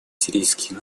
сирийский